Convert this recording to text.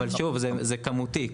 אבל שוב, זה כמותי.